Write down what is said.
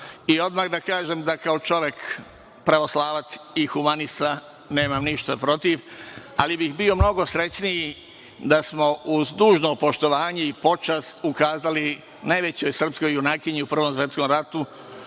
I odmah da kažem da kao čovek pravoslavac i humanista nemam ništa protiv ali bih bio mnogo srećniji da smo uz dužno poštovanje i počast ukazali najvećoj srpskoj junakinji u Prvom svetskom ratu,